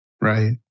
Right